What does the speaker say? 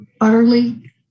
utterly